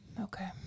Okay